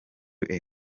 you